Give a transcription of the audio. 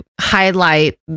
highlight